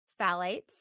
phthalates